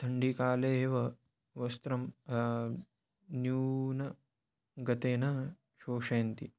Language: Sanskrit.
थण्डीकाले एव वस्त्रं न्यूनगतेन शोषयन्ति